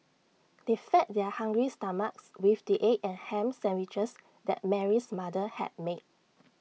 they fed their hungry's stomachs with the egg and Ham Sandwiches that Mary's mother had made